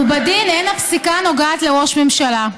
ובדין אין הפסיקה נוגעת לראש ממשלה.